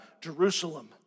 Jerusalem